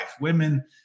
Women